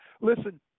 Listen